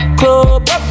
club